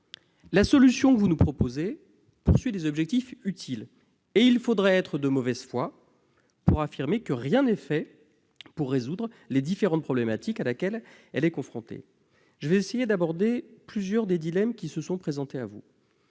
La solution que vous nous proposez poursuit des objectifs utiles, et il faudrait être de mauvaise foi pour affirmer que rien n'est fait pour résoudre les différentes problématiques auxquelles elle est confrontée. J'aborderai toutefois plusieurs des dilemmes qui se sont présentés à vous,